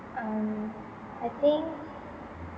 um I think